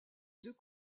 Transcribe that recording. deux